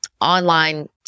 online